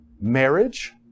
marriage